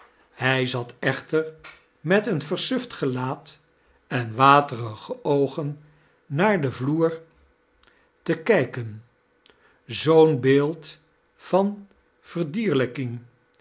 hij zat eehter met een versuft gelaat en waterige oogen naar den vloer het geritsel van